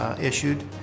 issued